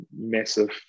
massive